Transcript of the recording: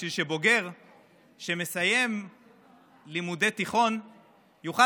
בשביל שבוגר שמסיים לימודי תיכון יוכל